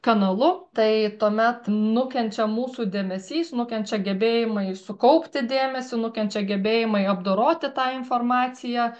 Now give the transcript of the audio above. kanalu tai tuomet nukenčia mūsų dėmesys nukenčia gebėjimai sukaupti dėmesį nukenčia gebėjimai apdoroti tą informaciją